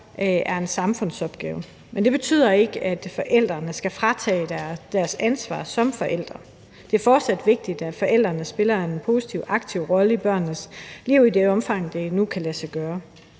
er en samfundsopgave; men det betyder ikke, at forældrene skal fratages deres ansvar som forældre. Det er fortsat vigtigt, at forældrene spiller en positiv og aktiv rolle i børnenes liv i det omfang, det nu kan lade sig gøre.